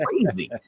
crazy